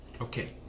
Okay